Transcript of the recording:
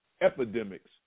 epidemics